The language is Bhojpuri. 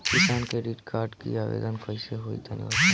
किसान क्रेडिट कार्ड के आवेदन कईसे होई तनि बताई?